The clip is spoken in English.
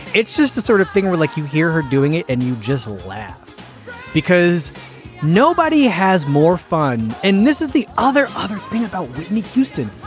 it's just the sort of thing where, like you hear her doing it and you just laugh because nobody has more fun. and this is the other other thing about whitney houston.